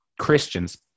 Christians